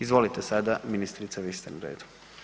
Izvolite sada, ministrice, vi ste na redu.